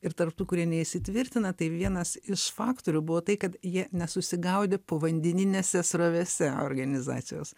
ir tarp tų kurie neįsitvirtina tai vienas iš faktorių buvo tai kad jie nesusigaudė povandeninėse srovėse organizacijos